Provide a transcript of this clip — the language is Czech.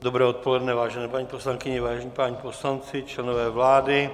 Dobré odpoledne, vážené paní poslankyně, vážení páni poslanci, členové vlády.